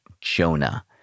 Jonah